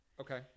Okay